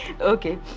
okay